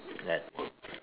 network